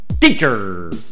teacher